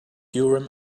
urim